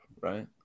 right